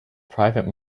private